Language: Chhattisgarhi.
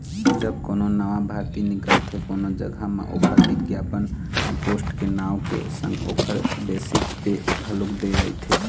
जब कोनो नवा भरती निकलथे कोनो जघा म ओखर बिग्यापन म पोस्ट के नांव के संग ओखर बेसिक पे घलोक दे रहिथे